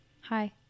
Hi